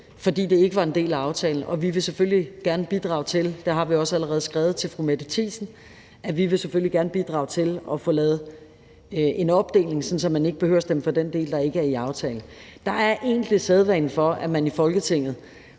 fordi det ikke var en del af aftalen. Og vi vil selvfølgelig gerne bidrage til – det har vi også allerede skrevet til fru Mette Thiesen – at få lavet en opdeling, så man ikke behøver at stemme for den del, der ikke er med i aftalen. Der er egentlig sædvane for, at man i Folketinget